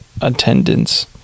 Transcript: attendance